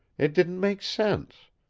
it didn't make sense.